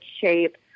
shape